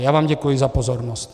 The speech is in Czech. Já vám děkuji za pozornost.